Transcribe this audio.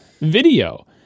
video